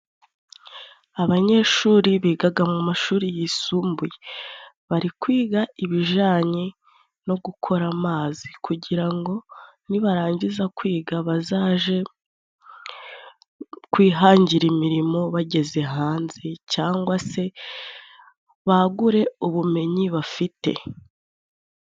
Abanyeshuri bigaga mu mashuri yisumbuye bari kwiga ibijanye no gukora amazi, kugira ngo nibarangiza kwiga, bazaje kwihangira imirimo bageze hanze cyangwa se bagure ubumenyi bafite.